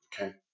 Okay